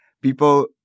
people